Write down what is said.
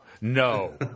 no